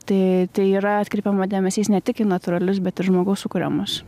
tai tai yra atkreipiama dėmesys ne tik į natūralius bet ir žmogaus sukuriamus